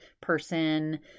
person